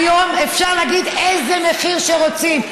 היום אפשר להגיד איזה מחיר שרוצים.